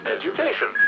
education